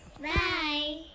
Bye